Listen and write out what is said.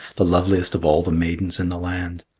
the loveliest of all the maidens in the land.